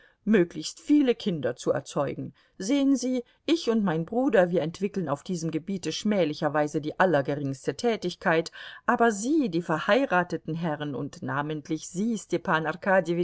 möglichst viele kinder zu erzeugen sehen sie ich und mein bruder wir entwickeln auf diesem gebiete schmählicherweise die allergeringste tätigkeit aber sie die verheirateten herren und namentlich sie